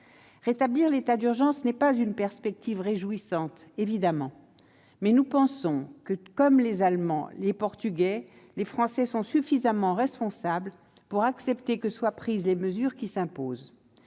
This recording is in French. Rétablir l'état d'urgence sanitaire n'est pas une perspective réjouissante, évidemment, mais nous pensons que, comme les Allemands ou les Portugais, les Français sont suffisamment responsables pour accepter que soient prises les mesures qui s'imposent,